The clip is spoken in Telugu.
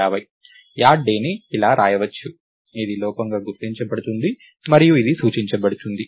యాడ్ డే ని ఇలా వ్రాయవచ్చు ఇది లోపంగా గుర్తించబడుతుంది మరియు ఇది సూచించబడుతుంది